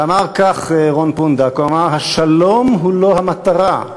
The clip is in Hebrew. ואמר כך, רון פונדק: השלום הוא לא המטרה.